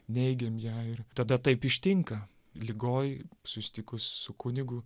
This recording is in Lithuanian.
neigiam ją ir tada taip ištinka ligoj susitikus su kunigu